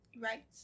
right